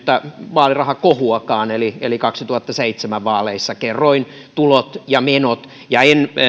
vaalirahakohuakin eli eli kaksituhattaseitsemän vaaleissa kerroin tulot ja menot en